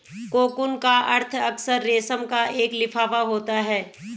cocoon का अर्थ अक्सर रेशम का एक लिफाफा होता है